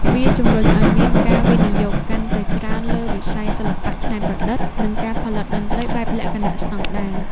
វាជម្រុញឱ្យមានការវិនិយោគកាន់តែច្រើនលើវិស័យសិល្បៈច្នៃប្រឌិត និងការផលិតតន្ត្រីបែបលក្ខណៈស្តង់ដារ។